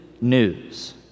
news